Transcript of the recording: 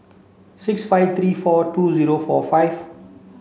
six five three four two zero four five